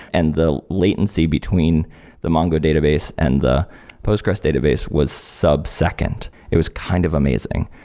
and the latency between the mongo database and the postgressql database was sub-second. it was kind of amazing.